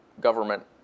government